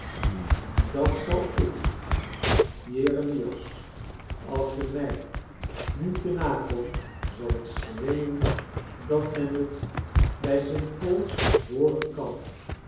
dat zal ik doen jeremias als je mij nu te na komt zal ik schreeuwen dat men t bij st paul's hooren kan